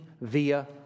via